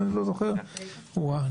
אם אני זוכר נכון.